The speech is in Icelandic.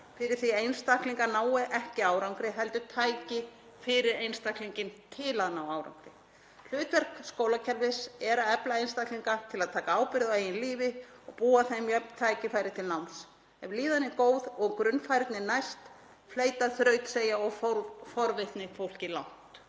fyrir því að einstaklingar nái ekki árangri heldur tæki fyrir einstaklinginn til að ná árangri. Hlutverk skólakerfis er að efla einstaklinga til að taka ábyrgð á eigin lífi og búa þeim jöfn tækifæri til náms. Ef líðanin er góð og grunnfærni næst fleyta þrautseigja og forvitni fólki langt.